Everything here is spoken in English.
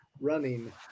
running